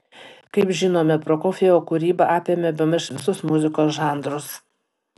kaip žinome prokofjevo kūryba apėmė bemaž visus muzikos žanrus